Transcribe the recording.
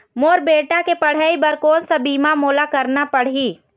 मोर बेटा के पढ़ई बर कोन सा बीमा मोला करना पढ़ही?